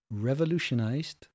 revolutionized